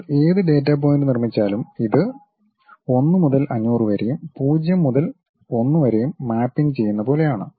നിങ്ങൾ ഏത് data point നിർമ്മിച്ചാലും ഇത് ഇത് 1 മുതൽ 500 വരെയും 0 മുതൽ 1 വരെയും മാപ്പിംഗ് ചെയ്യുന്ന പോലെയാണ്